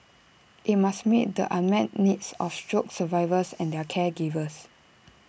IT must meet the unmet needs of stroke survivors and their caregivers